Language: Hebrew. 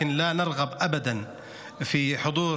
אנחנו כמובן מקבלים בשמחה